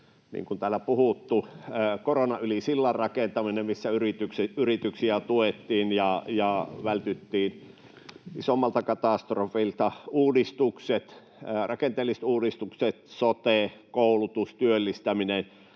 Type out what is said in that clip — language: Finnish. niin kuin täällä on puhuttu: koronan yli sillanrakentaminen, missä yrityksiä tuettiin ja vältyttiin isommalta katastrofilta, rakenteelliset uudistukset — sote, koulutus, työllistäminen